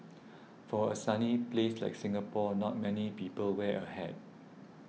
for a sunny place like Singapore not many people wear a hat